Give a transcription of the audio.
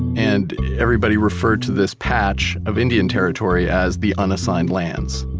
and everybody referred to this patch of indian territory as the unassigned lands.